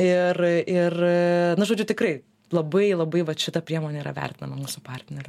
ir ir na žodžiu tikrai labai labai vat šita priemonė yra vertinama mūsų partnerių